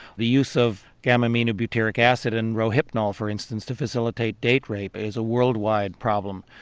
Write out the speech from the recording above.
the use of gamma-amino butyric acid and rohypnol, for instance, to facilitate date rape is a world wide problem.